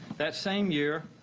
that same year,